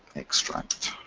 extract.